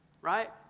right